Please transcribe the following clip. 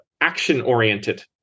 action-oriented